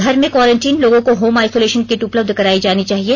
घर में क्वारंटीन लोगों को होम आइसोलेशन किट उपलब्ध करायी जानी चाहिए